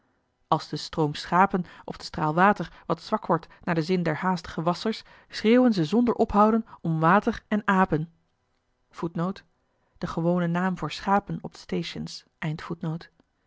als de stroom schapen of de straal water wat zwak wordt naar den zin der haastige wasschers schreeuwen ze zonder ophouden om water en apen